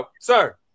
Sir